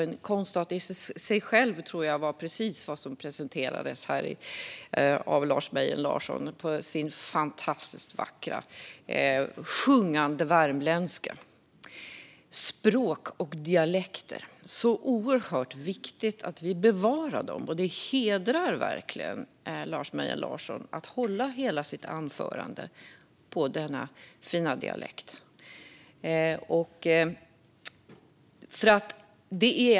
En konstart i sig själv tror jag var precis vad som presenterades här av Lars Mejern Larsson på hans fantastiskt vackra sjungande värmländska. Språk och dialekter - det är så oerhört viktigt att vi bevarar dem. Det hedrar verkligen Lars Mejern Larsson att han håller hela sitt anförande på denna fina dialekt.